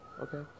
Okay